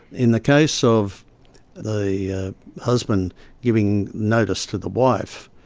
in the case of the husband giving notice to the wife,